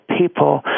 people